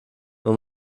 man